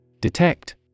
Detect